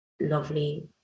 lovely